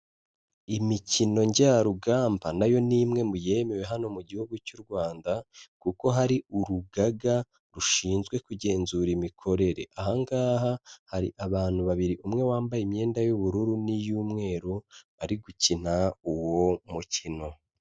Imikino njyarugamba, nayo ni imwe mu yemewe hano mu gihugu cy'u Rwanda, kuko hari urugaga rushinzwe kugenzura imikorere, aha ngaha hari abantu babiri umwe wambaye imyenda y'ubururu n'iy'umweru bari gukina uwo mukino.